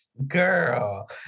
girl